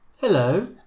Hello